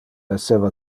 esseva